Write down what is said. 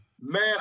Man